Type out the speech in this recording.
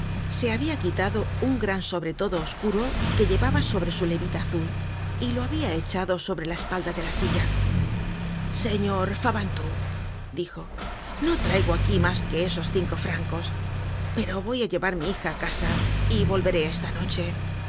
se habia quitado un gran sobretodo oscuro que llevaba sobre su levita azul y lo habia echado sobre la espalda de la silla señor fabantou dijo no traigo aquí mas que esos cincos francos pero voy á llevar mi hija á casa y volveré esta noche